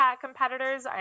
competitors